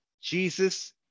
Jesus